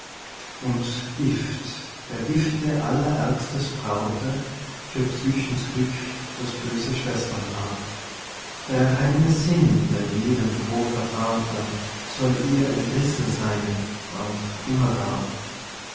und gift der gifte allerärgstes braute für psychens glück das böse schwesternpaar der reine sinn der jedem froh vertraute soll ihr entrissen sein auf immerdar